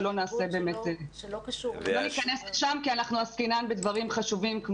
כי אנחנו עסקינן בדברים חשובים,